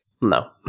no